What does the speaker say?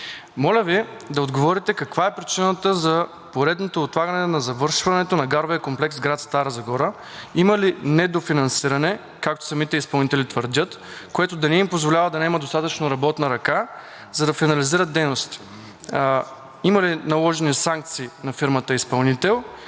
Моля Ви да отговорите: каква е причината за поредното отлагане на завършването на гаровия комплекс град Стара Загора? Има ли недофинансиране, както самите изпълнители твърдят, което да не им позволява да наемат достатъчно работна ръка, за да финализират дейностите? Има ли наложени санкции на фирмата изпълнител